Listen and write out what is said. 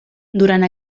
durant